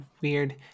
weird